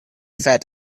fat